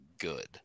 good